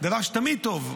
דבר שהוא תמיד טוב.